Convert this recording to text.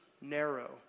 narrow